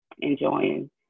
Enjoying